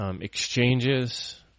exchanges